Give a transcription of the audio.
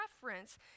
preference